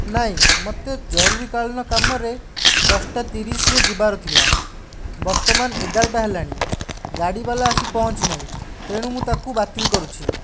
ନାହିଁ ମୋତେ ଜରୁରୀକାଳୀନ କାମରେ ଦଶଟା ତିରିଶରେ ଯିବାର ଥିଲା ବର୍ତ୍ତମାନ ଏଗାରଟା ହେଲାଣି ଗାଡ଼ିବାଲା ଆସି ପହଞ୍ଚିନାହିଁ ତେଣୁ ମୁଁ ତାକୁ ବାତିଲ୍ କରୁଛି